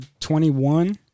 21